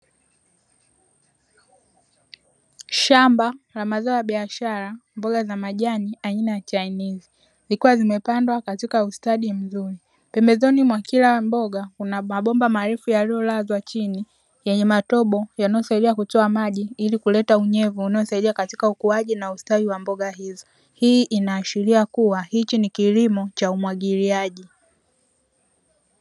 Shamba la mazao ya aishara, mboga za majani aina ya chainizi, zikiwa zimepandwa kwa ustadi mzuri. Pembezoni mwa kila mboga kuna mabomba marefu yaliyolazwa chini, yenye matobo yanayosaidia kutoa maji, ili kuleta unyevu unaosaidia ukuaji na ustawi wa mboga hizo. Hii inaashiria kuwa, hichi ni kilimo cha mwagiliaji.